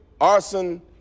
arson